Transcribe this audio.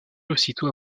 aussitôt